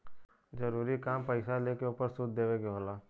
जरूरी काम पईसा लेके ओपर सूद देवे के होला